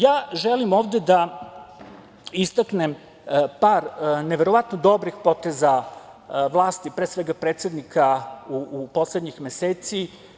Ja želim ovde da istaknem par neverovatno dobrih poteza vlasti, pre svega predsednika, u poslednjih meseci.